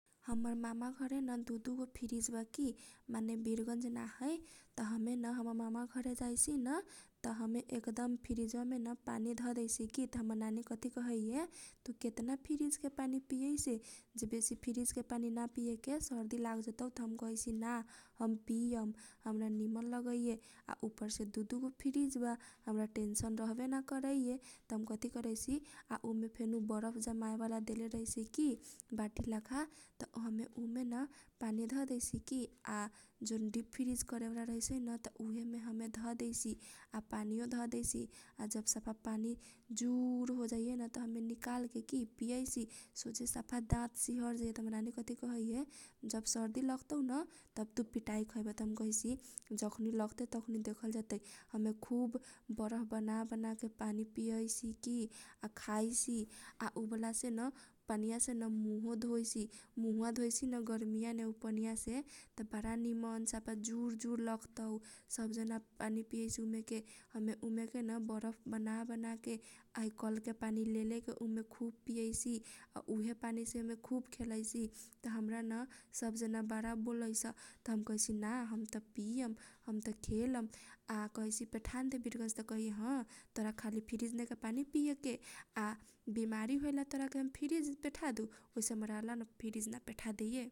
हमर मामा घरे न दुदुगो फिरिज बा की । माने बिरगंज ना है त हमे न हमर मामा घरे जाइसी न । त हमे एक दम फिरिजवा मेन पानी धरैसी की । त हमर नानी कथी कहैए तु केतना फिरिज के पानी पिअइसे जेबेसी फिरिज के पानी ना पिएके सर्दी लाग जतौ त हम कहैसी ना हम पिअम हमरा निमन लगैए आ उपरसे दुदुगो फिरिज बा हमरा टेन्सन रहबे ना करैए। त हम कथी करैसी आ उमे फेनु बरफ जमाए बाला देले रहैसै की बाटी लाखा। त हमे उमे न पानी धदैसी की आ जौन डिप फिरिज करेबाला रहैसैन उहे मे हमे धदैसी आ पानी यो धदैसी आ जब सफा पानी जुउर होजाइएन। त हमे निकाल के की पिअइसी सझे सफा दात सिहर जतौ त हमर नानी कथी कहैए जब सर्दी लागतौन तब तु पिटाई खएबे त हम कहैसी जब लगतै तब देखल जतै हमे खुब बरफ बना बना के पानी पि आइसी की। आ खाइसी आ उ बाला से न पनिया सेन मुहो धोएसी। मुहबा धोयाईस न गर्मीया मे उ पनीया से त बारा निमन सफा जुर जुर लगतौ। सब जना पानी पियाई सौ उ मेके हमे उ मेके न बरफ बना बना के आ है कल के पानी लेले के उ मे खुब पियाइ सी आ उहे पानी से खुब खेलैसी। त हमरा न सब जना बारा बोलैस। त हम कहैसी ना हम त पिअम हम त खेलम। आ कहैसी पेठानदे बिरगंज त कहैए ह तोरा खाली फिरिज नेके पानी पिएके आ बिमारी होएला तोराके फिरिज पेठादु ओहीसे फिरिज ना पेठा दिए ।